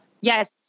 Yes